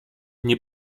nie